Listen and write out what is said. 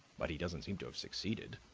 but he doesn't seem to have succeeded.